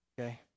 okay